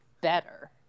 better